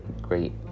great